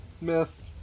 Miss